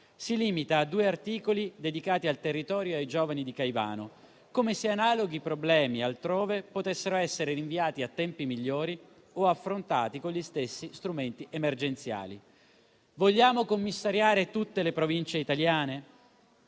si limita a due articoli dedicati al territorio e ai giovani di Caivano, come se analoghi problemi altrove potessero essere rinviati a tempi migliori o affrontati con gli stessi strumenti emergenziali. Vogliamo commissariare tutte le Province italiane?